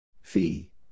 Fee